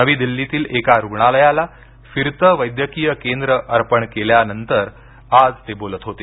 नवी दिल्लीतील एका रुग्णालयाला फिरतं वैद्यकिय केंद्र अर्पण केल्यानंतर आज ते बोलत होते